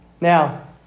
Now